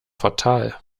fatal